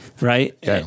right